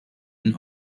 and